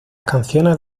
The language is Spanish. canciones